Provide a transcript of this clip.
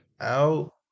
out